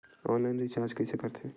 Online recharge कइसे करथे?